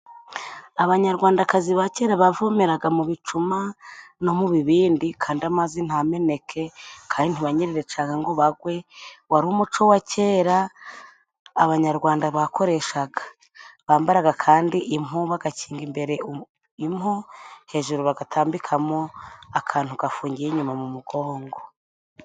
Abanyarwandakazi ba kera bavomeraga mu bicuma no mu bibindi kandi amazi ntameneke kandi ntibanyerere cangwa ngo bagwe. Wari umuco wa kera abanyarwanda bakoreshaga, bambaraga kandi impu bagakinga imbere impu, hejuru bagatambikamo akantu gafungiye inyuma mu mugongo.